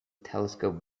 telescope